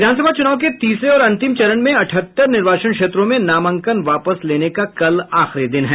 विधानसभा चुनाव के तीसरे और अंतिम चरण में अठहत्तर निर्वाचन क्षेत्रों में नामांकन वापस लेने का कल आखिरी दिन है